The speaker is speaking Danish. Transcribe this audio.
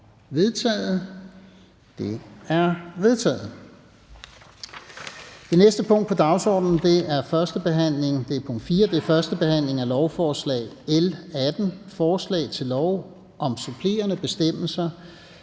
Det næste punkt på dagsordenen er: 4) 1. behandling af lovforslag nr. L 18: Forslag til lov om supplerende bestemmelser